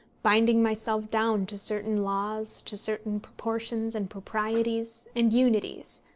binding myself down to certain laws, to certain proportions, and proprieties, and unities.